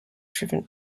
driven